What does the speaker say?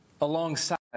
alongside